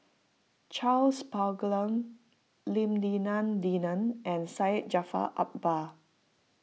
Charles Paglar Lim Denan Denon and Syed Jaafar Albar